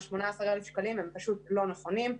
18,000 שקלים הם פשוט לא נכונים.